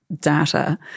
data